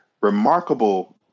remarkable